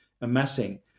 amassing